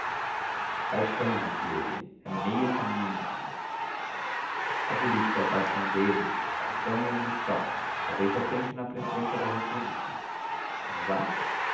paixão disse ele é meio caminho andado a política é a paixão deles paixão e ambição talvez já pensem na presidência da república já